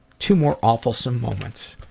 two more awfulsome moments.